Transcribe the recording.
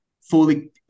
fully